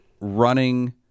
running